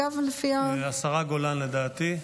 אגב, לפי, השרה גולן, לדעתי.